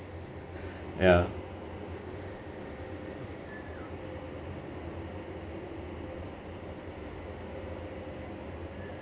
ya